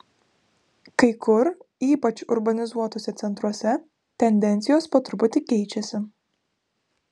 kai kur ypač urbanizuotuose centruose tendencijos po truputį keičiasi